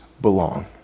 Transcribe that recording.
belong